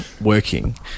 working